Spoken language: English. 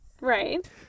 Right